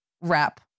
wrap